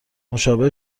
مشابه